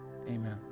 Amen